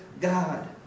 God